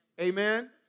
Amen